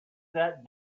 that